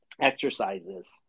exercises